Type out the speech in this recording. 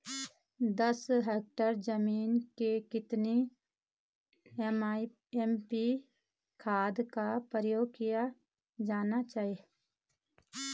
दस हेक्टेयर जमीन में कितनी एन.पी.के खाद का उपयोग किया जाना चाहिए?